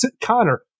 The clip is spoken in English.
Connor